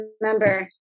remember